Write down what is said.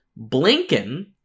Blinken